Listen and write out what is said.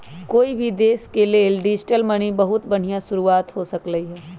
कोई भी देश के लेल डिजिटल मनी बहुत बनिहा शुरुआत हो सकलई ह